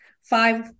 five